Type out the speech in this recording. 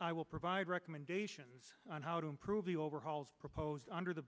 will provide recommendations on how to improve the overhauls proposed under the